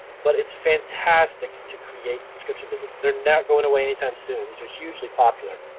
but it's fantastic to create subscription businesses. they're not going away any time soon. these are hugely popular,